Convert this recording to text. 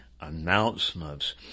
announcements